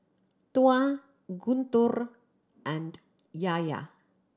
Tuah Guntur and Yahya